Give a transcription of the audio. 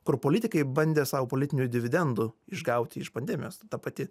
kur politikai bandė sau politinių dividendų išgauti iš pandemijos ta pati